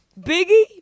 Biggie